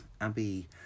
Abby